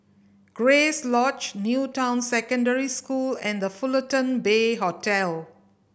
Grace Lodge New Town Secondary School and The Fullerton Bay Hotel